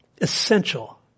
essential